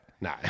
No